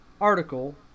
article